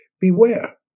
beware